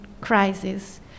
crisis